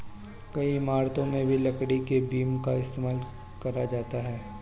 कई इमारतों में भी लकड़ी के बीम का इस्तेमाल करा जाता है